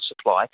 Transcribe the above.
supply